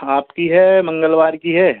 आपकी है मंगलवार की है